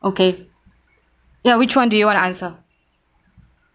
okay ya which one do you want to answer